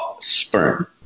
sperm